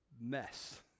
mess